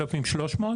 מה-5,300 ₪?